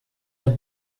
der